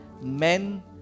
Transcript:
men